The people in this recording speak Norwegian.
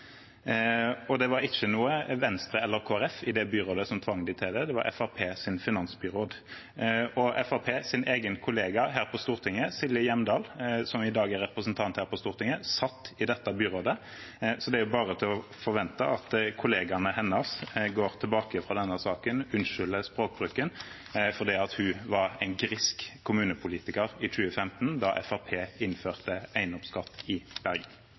Det var ikke noe Venstre eller Kristelig Folkeparti i det byrådet tvang dem til, det var Fremskrittspartiets finansbyråd. Fremskrittspartiets egen kollega her på Stortinget, Silje Hjemdal, som i dag er stortingsrepresentant, satt i dette byrådet, så det er bare å forvente at kollegaene hennes går tilbake fra denne saken og unnskylder språkbruken om at hun var en grisk kommunepolitiker i 2015, da Fremskrittspartiet innførte eiendomsskatt i Bergen.